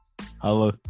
Hello